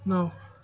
نَو